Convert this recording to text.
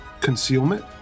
concealment